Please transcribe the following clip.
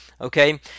okay